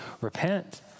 repent